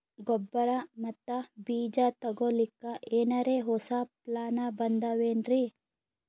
ಗೊಬ್ಬರ ಮತ್ತ ಬೀಜ ತೊಗೊಲಿಕ್ಕ ಎನರೆ ಹೊಸಾ ಪ್ಲಾನ ಬಂದಾವೆನ್ರಿ?